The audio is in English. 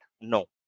No